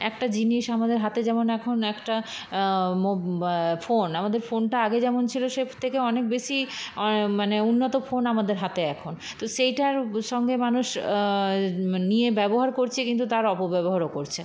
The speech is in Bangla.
একটা জিনিস আমাদের হাতে যেমন এখন একটা ফোন আমাদের ফোনটা আগে যেমন ছিল থেকে অনেক বেশি অ মানে উন্নত ফোন আমাদের হাতে এখন তো সেইটার সঙ্গে মানুষ মানে নিয়ে ব্যবহার করছে কিন্তু তার অপব্যবহারও করছে